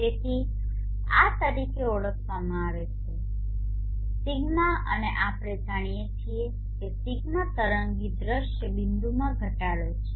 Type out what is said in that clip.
તેથી આ તરીકે ઓળખવામાં આવે છે δ અને આપણે જાણીએ છીએ કે δ તરંગી દૃશ્ય બિંદુ માં ઘટાડો છે